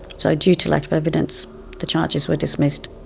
so due to lack of evidence the charges were dismissed.